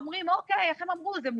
איך אמרו: אוקיי,